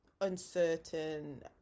uncertain